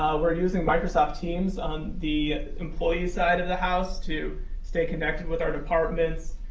we're using microsoft teams on the employee side of the house to stay connected with our departments.